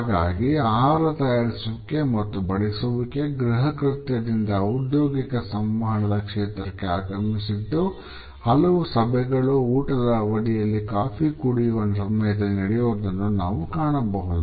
ಹಾಗಾಗಿ ಆಹಾರ ತಯಾರಿಸುವಿಕೆ ಮತ್ತು ಬಡಿಸುವಿಕೆ ಗೃಹಕೃತ್ಯದದಿಂದ ಔದ್ಯೋಗಿಕ ಸಂವಹನದ ಕ್ಷೇತ್ರಕ್ಕೆ ಆಗಮಿಸಿದ್ದು ಹಲವು ಸಭೆಗಳು ಊಟದ ಅವಧಿಯಲ್ಲಿ ಕಾಫಿ ಕುಡಿಯುವ ಸಮಯದಲ್ಲಿ ನಡೆಯೋದನ್ನು ನಾವು ಕಾಣಬಹುದು